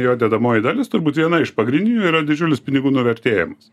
jo dedamoji dalis turbūt viena iš pagrindinių yra didžiulis pinigų nuvertėjimas